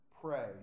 pray